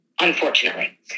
unfortunately